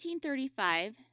1835